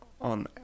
on